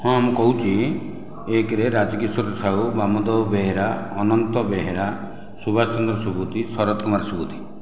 ହଁ ମୁଁ କହୁଛି ଏକରେ ରାଜକିଶୋର ସାହୁ ବାମଦେବ ବେହେରା ଅନନ୍ତ ବେହେରା ସୁବାସ ଚନ୍ଦ୍ର ସୁବୁଦ୍ଧି ଶରତ କୁମାର ସୁବୁଦ୍ଧି